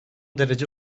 derece